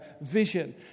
vision